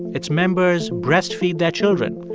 its members breastfeed their children.